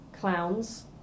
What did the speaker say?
clowns